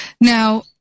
Now